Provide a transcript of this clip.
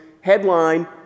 headline